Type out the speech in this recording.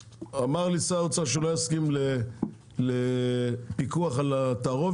אמר לי שר האוצר שהוא לא יסכים לפיקוח על התערובת,